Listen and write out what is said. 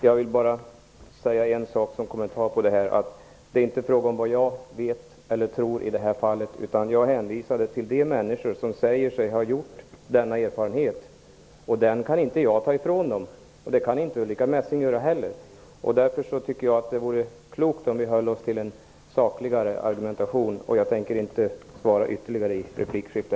Herr talman! Jag vill bara säga en sak som kommentar till detta. Det är inte fråga om vad jag vet eller tror i det här fallet. Jag hänvisade till de människor som säger sig ha gjort denna erfarenhet. Den kan jag inte ta ifrån dem, och det kan inte heller Ulrica Messing göra. Jag tycker därför att det vore klokt av oss att hålla oss till en sakligare argumentation. Jag tänker inte säga något ytterligare i detta replikskifte.